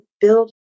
build